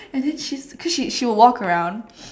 and then she cause she will walk around